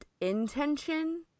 intention